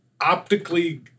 optically